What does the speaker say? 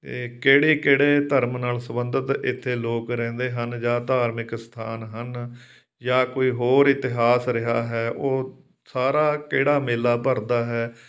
ਅਤੇ ਕਿਹੜੇ ਕਿਹੜੇ ਧਰਮ ਨਾਲ ਸੰਬੰਧਿਤ ਇੱਥੇ ਲੋਕ ਰਹਿੰਦੇ ਹਨ ਜਾਂ ਧਾਰਮਿਕ ਸਥਾਨ ਹਨ ਜਾਂ ਕੋਈ ਹੋਰ ਇਤਿਹਾਸ ਰਿਹਾ ਹੈ ਉਹ ਸਾਰਾ ਕਿਹੜਾ ਮੇਲਾ ਭਰਦਾ ਹੈ